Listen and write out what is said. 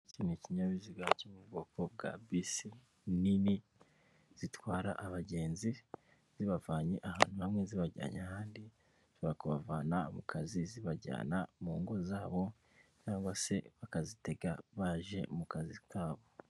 Ni ikinyabiziga cyo mu bwoko bwa bisi nini zitwara abagenzi zibavanye ahantu hamwe zibajyanye ahandi turakabavana mu kazi zibajyana mu ngo zabo cg se bakazitega baje mu kazi kabo.